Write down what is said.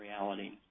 reality